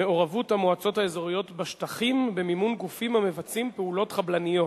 מעורבות המועצות האזוריות בשטחים במימון גופים המבצעים פעולות חבלניות,